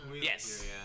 Yes